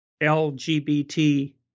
LGBT